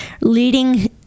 leading